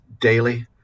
daily